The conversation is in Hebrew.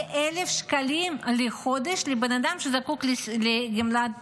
כ-1,000 שקלים לחודש לבן אדם שזקוק לגמלת